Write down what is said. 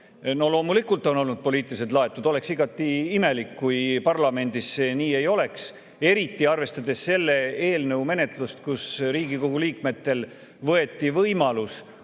No loomulikult on olnud poliitiliselt laetud. Oleks igati imelik, kui parlamendis see nii ei oleks, eriti arvestades selle eelnõu menetlust, kus Riigikogu liikmetelt võeti võimalus